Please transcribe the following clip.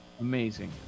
Amazing